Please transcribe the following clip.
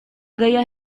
gaya